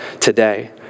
today